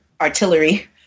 artillery